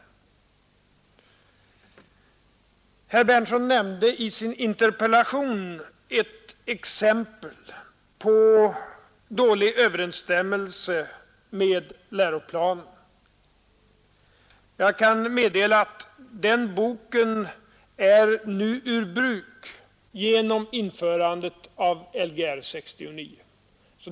I sin interpellation nämnde herr Berndtson ett exempel på dålig överensstämmelse med läroplanen. Jag kan meddela att den nämnda boken nu är ur bruk genom införandet av Lgr 69.